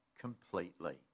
completely